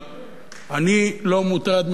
אני לא מוטרד מן הדבר הזה, אדוני.